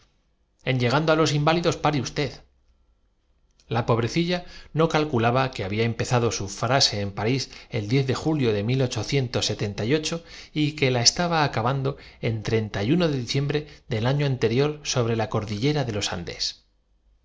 en llegando á los inválidos pare usted la pobrecilla no calculaba que había empezado su frase en parís el diez de julio de mil ochocientos se tenta y ocho y que la estaba acabando en treinta y uno de diciembre del año anterior sobre la cordillera de los andes